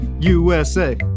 USA